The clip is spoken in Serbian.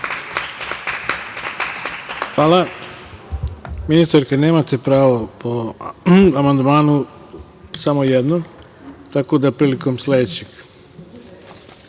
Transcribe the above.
Hvala. Ministarka, nemate pravo po amandmanu, samo jednom. Tako da prilikom sledećeg.